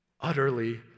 utterly